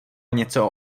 něco